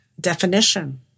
definition